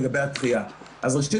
לגבי הדחייה אז ראשית,